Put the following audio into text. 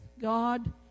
God